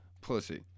pussy